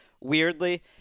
weirdly